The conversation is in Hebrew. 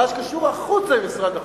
מה שקשור החוצה למשרד החוץ.